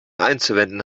einzuwenden